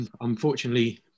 Unfortunately